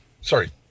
Sorry